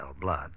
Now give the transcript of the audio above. blood